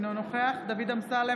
אינו נוכח דוד אמסלם,